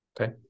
Okay